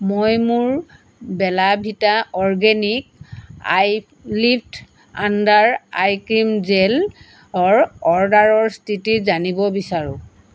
মই মোৰ Bella Vita organic eyelift under eye cream জেলৰ অৰ্ডাৰৰ স্থিতি জানিব বিচাৰোঁ